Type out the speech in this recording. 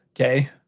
Okay